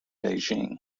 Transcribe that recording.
beijing